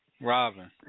Robin